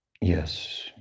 yes